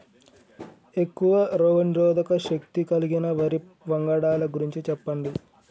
ఎక్కువ రోగనిరోధక శక్తి కలిగిన వరి వంగడాల గురించి చెప్పండి?